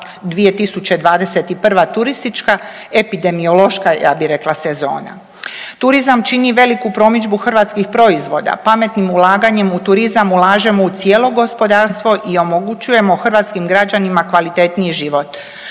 2021. turistička epidemiološka ja bih rekla sezona. Turizam čini veliku promidžbu hrvatskih proizvoda. Pametnim ulaganjem u turizam ulažemo u cijelo gospodarstvo i omogućujemo hrvatskim građanima kvalitetniji život.